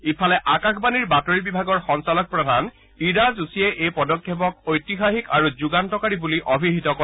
ইফালে আকাশবাণীৰ বাতৰি বিভাগৰ সঞ্চালক প্ৰধান ইৰা যোশীয়ে এই পদক্ষেপক ঐতিহাসিক আৰু যুগান্তকাৰী বুলি অভিহিত কৰে